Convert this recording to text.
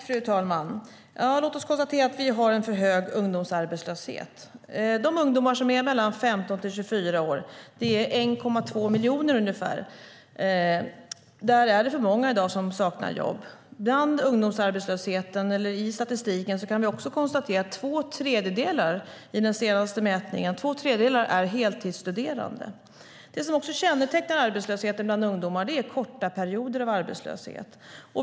Fru talman! Låt oss konstatera att vi har en för hög ungdomsarbetslöshet. Bland de ungdomar som är 15-24 år - det är ungefär 1,2 miljoner - är det för många i dag som saknar jobb. I statistiken kan vi konstatera att två tredjedelar i den senaste mätningen är heltidsstuderande. Det som kännetecknar arbetslösheten bland ungdomar är korta perioder av arbetslöshet.